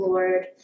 Lord